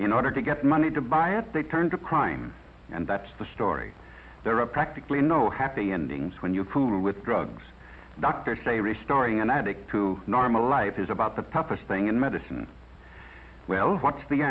in order to get money to buy it they turn to crime and that's the story there are practically no happy endings when you're cool with drugs doctors say restoring an addict to normal life is about the purpose thing in medicine well what's the